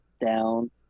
down